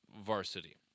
varsity